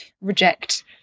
reject